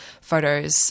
photos